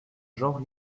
genre